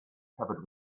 covered